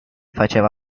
faceva